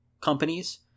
companies